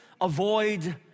avoid